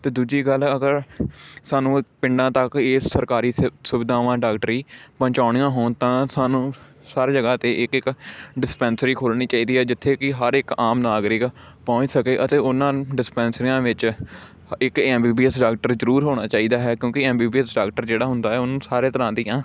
ਅਤੇ ਦੂਜੀ ਗੱਲ ਅਗਰ ਸਾਨੂੰ ਪਿੰਡਾਂ ਤੱਕ ਇਹ ਸਰਕਾਰੀ ਸੁਵਿਧਾਵਾਂ ਡਾਕਟਰੀ ਪਹੁੰਚਾਣੀਆਂ ਹੋਣ ਤਾਂ ਸਾਨੂੰ ਸਾਰੇ ਜਗ੍ਹਾ 'ਤੇ ਇੱਕ ਇੱਕ ਡਿਸਪੈਂਸਰੀ ਖੋਲ੍ਹਣੀ ਚਾਹੀਦੀ ਹੈ ਜਿੱਥੇ ਕਿ ਹਰ ਇੱਕ ਆਮ ਨਾਗਰਿਕ ਪਹੁੰਚ ਸਕੇ ਅਤੇ ਉਨ੍ਹਾਂ ਡਿਸਪੈਂਸਰੀਆਂ ਵਿੱਚ ਇੱਕ M B B S doctor ਜ਼ਰੂਰ ਹੋਣਾ ਚਾਹੀਦਾ ਹੈ ਕਿਉਂਕਿ M B B S doctor ਜਿਹੜਾ ਹੁੰਦਾ ਹੈ ਉਹਨੂੰ ਸਾਰੇ ਤਰ੍ਹਾਂ ਦੀਆਂ